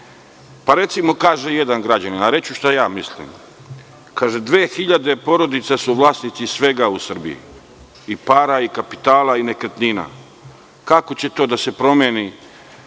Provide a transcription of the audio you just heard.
govorim. Recimo, jedan građanin kaže, a reći ću šta ja mislim, da su 2000 porodica vlasnici svega u Srbiji, i para i kapitala i nekretnina. Kako će to da se promeni?